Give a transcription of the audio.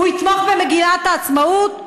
הוא יתמוך במגילת העצמאות?